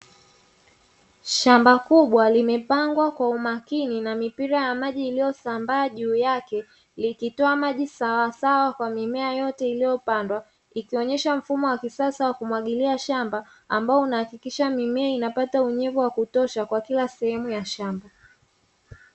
Shamba kubwa limepangwa kwa umakini na mipira ya maji iliyosambaa juu yake likitoa maji sawasawa kwa mimea yote iliyopandwa, ikionyesha mfumo wa kisasa wa kumwagilia shamba ambao unahakikisha mimea inapata unyevu wa kutosha kwa kila sehemu ya shamba.